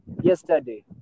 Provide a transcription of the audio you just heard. yesterday